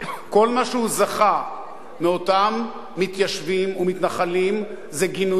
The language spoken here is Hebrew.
כל מה שהוא זכה מאותם מתיישבים ומתנחלים זה גינויים,